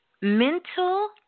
mental